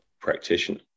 practitioner